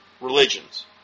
religions